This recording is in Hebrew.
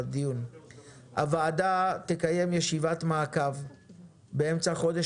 הוועדה תקיים ישיבת מעקב באמצע חודש